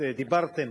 שדיברתם